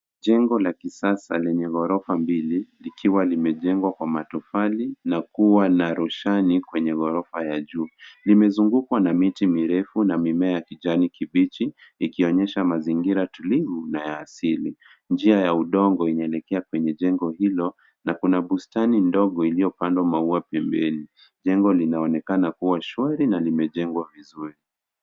Jengo la kisasa lenye ghorofa mbili likiwa limejengwa kwa matofali na kuwa na roshani kwenye ghorofa ya juu. Limezungukwa na miti mirefu na mimea ya kijani kibichi ikionyesha mazingira tulivu na ya asili. Njia ya udongo inaeleke kwenye jengo hilo na kuna bustani ndogo iliyopandwa maua pembeni. Jengo linaonekana kuwa shwari na limejengwa vizuri.